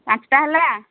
ପାଞ୍ଚଟା ହେଲା